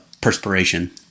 perspiration